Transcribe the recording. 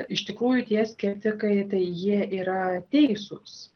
iš tikrųjų tie skeptikai tai jie yra teisūs